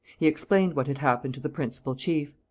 he explained what had happened to the principal chief.